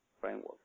framework